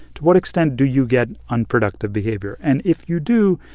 to what extent do you get unproductive behavior? and if you do,